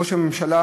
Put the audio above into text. וראש הממשלה,